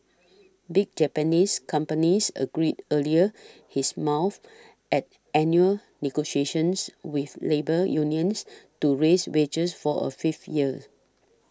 big Japanese companies agreed earlier his mouth at annual negotiations with labour unions to raise wages for a fifth year